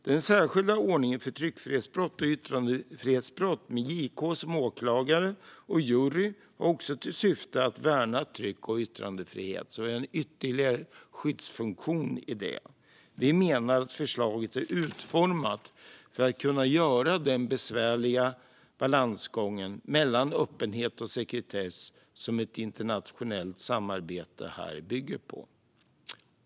Den särskilda ordningen för tryckfrihetsbrott och yttrandefrihetsbrott med JK som åklagare och jury har också till syfte att värna tryck och yttrandefrihet. Vi har en ytterligare skyddsfunktion i det. Vi menar att förslaget är utformat för att möjliggöra den besvärliga balansgång mellan öppenhet och sekretess som ett internationellt samarbete bygger på.